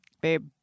babe